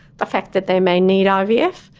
the fact that they may need ivf,